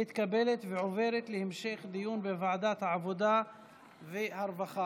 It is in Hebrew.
מתקבלת ועוברת להמשך דיון בוועדת העבודה והרווחה.